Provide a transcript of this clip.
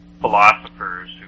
philosophers